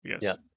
Yes